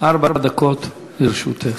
ארבע דקות לרשותך.